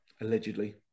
Allegedly